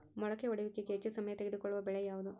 ಮೊಳಕೆ ಒಡೆಯುವಿಕೆಗೆ ಹೆಚ್ಚು ಸಮಯ ತೆಗೆದುಕೊಳ್ಳುವ ಬೆಳೆ ಯಾವುದು?